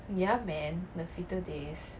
ya man the fitter days